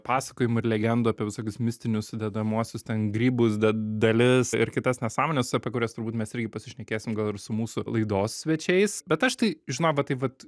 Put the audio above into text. pasakojimų ir legendų apie visokius mistinius sudedamuosius ten grybus de dalis ir kitas nesąmones apie kurias turbūt mes irgi pasišnekėsim gal ir su mūsų laidos svečiais bet aš tai žinok va taip vat